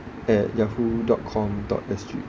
at yahoo dot com dot S_G